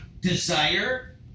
desire